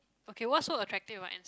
okay what's so attractive about ants